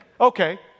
Okay